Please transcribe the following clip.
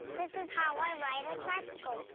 this is how i ride a tricycle.